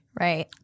Right